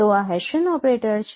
તો આ Hessian operator છે